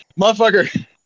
Motherfucker